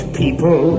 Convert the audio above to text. people